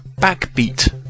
backbeat